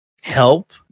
help